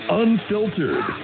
unfiltered